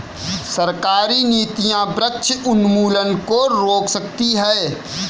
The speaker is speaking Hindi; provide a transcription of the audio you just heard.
सरकारी नीतियां वृक्ष उन्मूलन को रोक सकती है